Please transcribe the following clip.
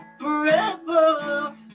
forever